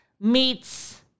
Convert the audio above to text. meets